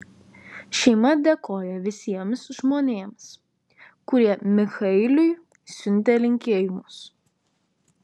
šeima dėkoja visiems žmonėms kurie michaeliui siuntė linkėjimus